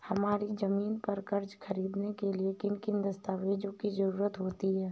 हमारी ज़मीन पर कर्ज ख़रीदने के लिए किन किन दस्तावेजों की जरूरत होती है?